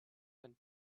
and